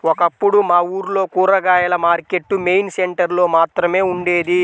ఒకప్పుడు మా ఊర్లో కూరగాయల మార్కెట్టు మెయిన్ సెంటర్ లో మాత్రమే ఉండేది